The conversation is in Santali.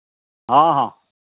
ᱦᱮᱸ ᱦᱮᱸ